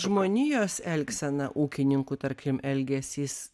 žmonijos elgsena ūkininkų tarkim elgesys